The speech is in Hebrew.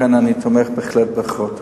לכן אני תומך בהחלט בחוק.